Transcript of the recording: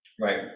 Right